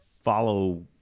Follow